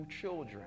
children